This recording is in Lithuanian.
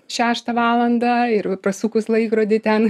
šeštą valandą ir prasukus laikrodį ten